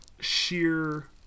sheer